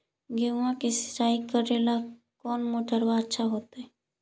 गेहुआ के सिंचाई करेला कौन मोटरबा अच्छा होतई?